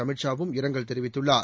அமித் ஷாவும் இரங்கல் தெரிவித்துள்ளார்